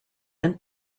and